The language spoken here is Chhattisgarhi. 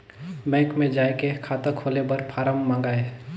बैंक मे जाय के खाता खोले बर फारम मंगाय?